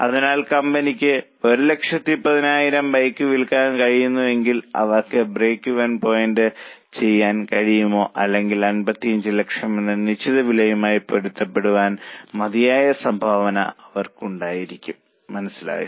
അതിനാൽ കമ്പനിക്ക് 11000 ബൈക്കുകൾ വിൽക്കാൻ കഴിയുമെങ്കിൽ അവർക്ക് ബ്രേക്ക്ഈവൻ ചെയ്യാൻ കഴിയുമോ അല്ലെങ്കിൽ 55 ലക്ഷം എന്ന നിശ്ചിത വിലയുമായി പൊരുത്തപ്പെടാൻ മതിയായ സംഭാവന അവർക്ക് ഉണ്ടായിരിക്കും മനസ്സിലായോ